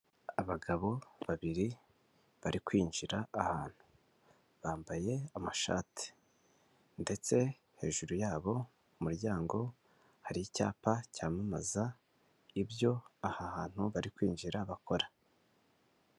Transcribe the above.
Abagabo babiri bari kwinjira ahantu bambaye amashati ndetse hejuru yabo ku muryango hari icyapa cyamamaza ibyo aha hantu bari kwinjira bakora.